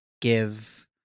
give